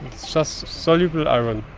so just soluble iron,